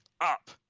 up